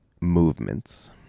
movements